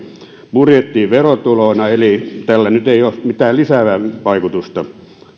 budjettiin verotuloina eli tällä esityksellä ei ole mitään lisäävää vaikutusta